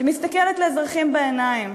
שמסתכלת לאזרחים בעיניים.